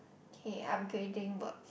okay upgrading works